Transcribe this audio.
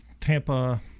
Tampa